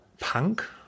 Punk